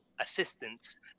assistance